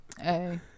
Hey